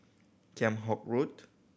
Kheam Hock Road